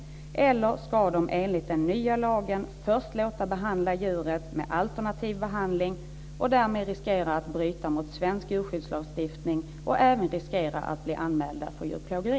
Eller ska de enligt den nya lagen först låta behandla djuret med alternativ behandling, och därmed riskera att bryta mot svensk djurskyddslagstiftning och även riskera att bli anmälda för djurplågeri?